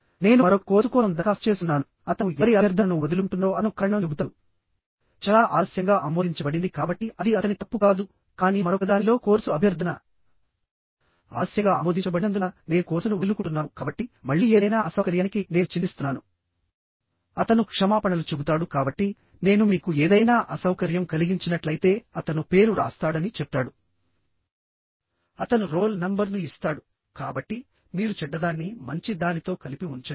నేను మరొక కోర్సు కోసం దరఖాస్తు చేసుకున్నాను అతను ఎవరి అభ్యర్థనను వదులుకుంటున్నారో అతను కారణం చెబుతాడు చాలా ఆలస్యంగా ఆమోదించబడింది కాబట్టి అది అతని తప్పు కాదు కానీ మరొకదానిలో కోర్సు అభ్యర్థన ఆలస్యంగా ఆమోదించబడినందున నేను కోర్సును వదులుకుంటున్నాను కాబట్టి మళ్ళీ ఏదైనా అసౌకర్యానికి నేను చింతిస్తున్నాను అతను క్షమాపణలు చెబుతాడు కాబట్టి నేను మీకు ఏదైనా అసౌకర్యం కలిగించినట్లయితే అతను పేరు వ్రాస్తాడని చెప్తాడు అతను రోల్ నంబర్ను ఇస్తాడు కాబట్టి మీరు చెడ్డదాన్ని మంచి దానితో కలిపి ఉంచండి